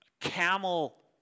camel